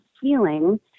feeling